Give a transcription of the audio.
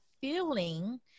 feeling